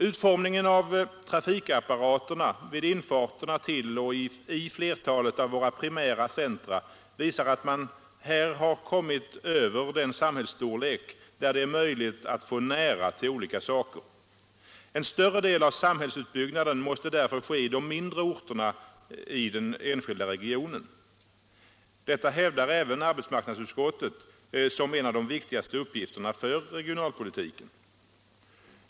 Utformningen av trafikapparaterna vid infarterna till och i flertalet av våra primära centra visar att man här har kommit över den samhällsstorlek, där det är möjligt att få närhet till olika saker. En större del av samhällsutbyggnaden måste därför ske i de mindre orterna i den enskilda regionen. Även arbetsmarknadsutskottet framhåller detta som en av de viktigaste uppgifterna för regionalpolitiken.